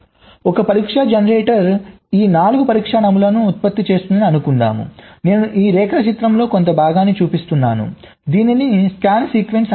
ఒక పరీక్ష జనరేటర్ ఈ 4 పరీక్ష నమూనాలను ఉత్పత్తి చేసిందని అనుకుందాం నేను ఈ రేఖాచిత్రంలో కొంత భాగాన్ని చూపిస్తున్నాను దీనిని స్కాన్ సీక్వెన్స్ అంటారు